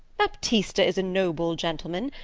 baptista is a noble gentleman,